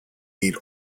need